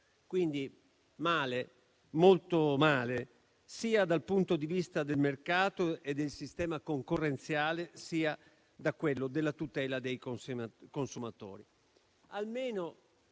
Quindi male, molto male sia dal punto di vista del mercato e del sistema concorrenziale sia da quello della tutela dei consumatori.